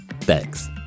Thanks